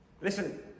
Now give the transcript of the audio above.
Listen